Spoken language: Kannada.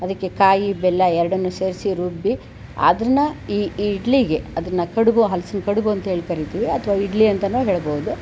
ಅದಕ್ಕೆ ಕಾಯಿ ಬೆಲ್ಲ ಎರಡನ್ನೂ ಸೇರಿಸಿ ರುಬ್ಬಿ ಅದನ್ನು ಈ ಇಡ್ಲಿಗೆ ಅದನ್ನು ಕಡುಬು ಹಲಸಿನ ಕಡುಬು ಅಂತ ಹೇಳಿ ಕರೀತೀವಿ ಅಥವ ಇಡ್ಲಿ ಅಂತನೂ ಹೇಳ್ಬೋದು